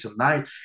tonight